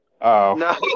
no